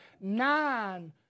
Nine